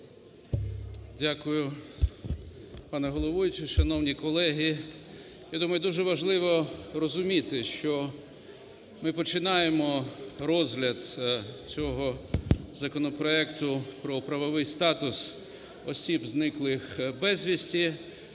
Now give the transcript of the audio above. Дякую, пане головуючий. Шановні колеги, я думаю дуже важливо розуміти, що ми починаємо розгляд цього законопроекту про правовий статус осіб, зниклих безвісти,